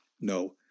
No